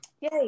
Yay